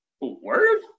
Word